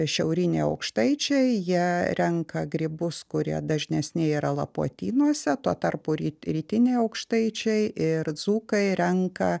šiauriniai aukštaičiai jie renka grybus kurie dažnesni yra lapuotynuose tuo tarpu ry rytiniai aukštaičiai ir dzūkai renka